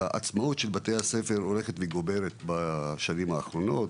והיא שהעצמאות של בתי הספר הולכת וגוברת בשנים האחרונות.